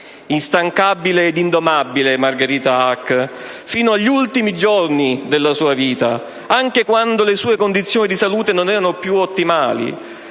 Instancabile ed indomabile, Margherita Hack, fino agli ultimi giorni della sua vita, anche quando le sue condizioni di salute non erano più ottimali.